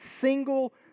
single